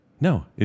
No